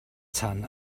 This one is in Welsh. tan